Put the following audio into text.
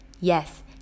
Yes